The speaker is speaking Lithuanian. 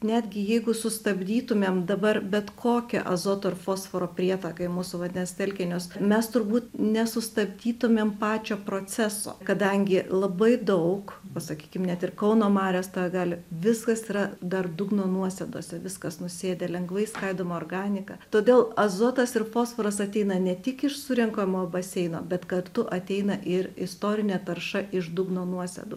netgi jeigu sustabdytumėm dabar bet kokią azoto ar fosforo prietaką į mūsų vandens telkinius mes turbūt nesustabdytumėm pačio proceso kadangi labai daug o sakykim net ir kauno marios tą gali viskas yra dar dugno nuosėdose viskas nusėdę lengvai skaidoma organika todėl azotas ir fosforas ateina ne tik iš surenkamo baseino bet kartu ateina ir istorinė tarša iš dugno nuosėdų